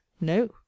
no